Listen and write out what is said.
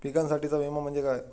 पिकांसाठीचा विमा म्हणजे काय?